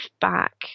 back